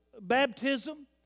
baptism